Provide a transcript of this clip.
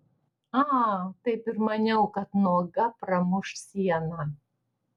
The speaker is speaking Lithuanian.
a taip ir maniau kad nuoga pramuš sieną